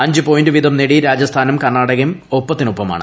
അഞ്ച് പോയിന്റ് വീതം നേടി രാജസ്ഥാനും കർണ്ണാടകയും ഒപ്പത്തിനൊപ്പമാണ്